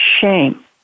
shame